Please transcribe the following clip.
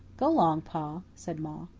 go long, pa, said ma.